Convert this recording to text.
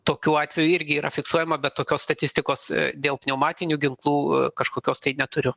tokiu atveju irgi yra fiksuojama bet tokios statistikos dėl pneumatinių ginklų kažkokios tai neturiu